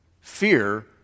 fear